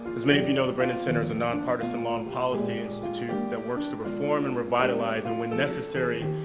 as many of you know, the brennan center is a and non-partisan law and policy institute that works to reform and revitalize, and, when necessary,